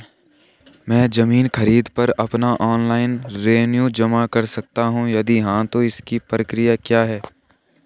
मैं ज़मीन खरीद पर अपना ऑनलाइन रेवन्यू जमा कर सकता हूँ यदि हाँ तो इसकी प्रक्रिया क्या है?